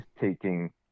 taking